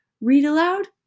read-aloud